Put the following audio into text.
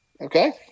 Okay